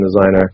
designer